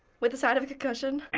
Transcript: with a side of a concussion.